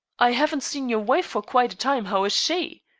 i haven't seen your wife for quite a time. how is she?